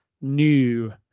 new